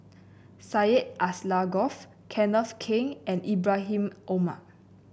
Syed Alsagoff Kenneth Keng and Ibrahim Omar